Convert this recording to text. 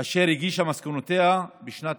הגישה מסקנותיה בשנת